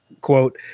quote